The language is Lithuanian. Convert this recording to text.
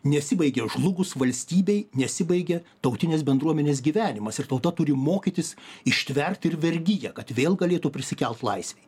nesibaigia žlugus valstybei nesibaigia tautinės bendruomenės gyvenimas ir tauta turi mokytis ištvert ir vergiją kad vėl galėtų prisikelt laisvėj